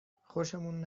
خوشمان